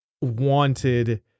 wanted